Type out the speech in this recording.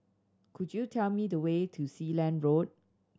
could you tell me the way to Sealand Road